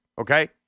okay